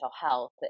health